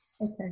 Okay